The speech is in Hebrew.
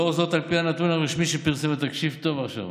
לאור זאת, על פי הנתון הרשמי, תקשיב טוב עכשיו,